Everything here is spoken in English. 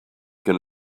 can